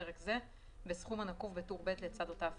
פרק זה בסכום הנקוב טבור ב' לצד אותה הפרה.